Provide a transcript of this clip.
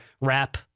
rap